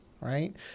right